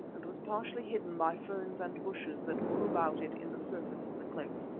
and was partially hidden by ferns and bushes that grew about it in the surface of the cliff.